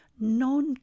non